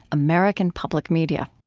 american public media